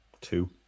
two